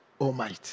Almighty